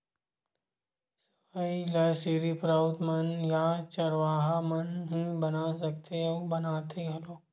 सोहई ल सिरिफ राउत या चरवाहा मन ही बना सकथे अउ बनाथे घलोक